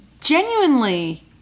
genuinely